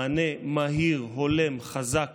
מענה מהיר, הולם, חזק